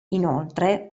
inoltre